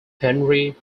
henry